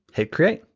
hit create